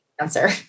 answer